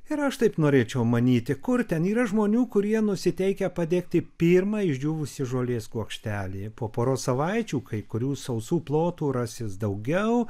ir aš taip norėčiau manyti kur ten yra žmonių kurie nusiteikę padegti pirmą išdžiūvusį žolės kuokštelį po poros savaičių kai kurių sausų plotų rasis daugiau